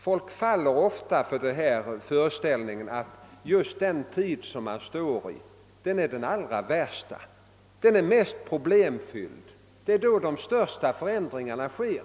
Folk har ofta den föreställningen som herr Nilsson tycks ha att just den tid som man befinner sig i är den allra värsta, att den är mest problemfylld och att det är då de största förändringarna sker.